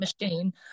machine